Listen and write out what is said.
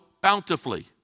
bountifully